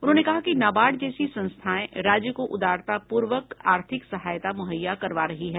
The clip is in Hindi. उन्होंने कहा कि नाबार्ड जैसी संस्थाऐं राज्य को उदारतापूर्वक आर्थिक सहायता मुहैया करवा रही है